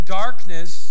darkness